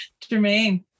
Jermaine